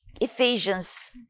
Ephesians